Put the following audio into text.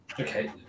Okay